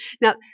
Now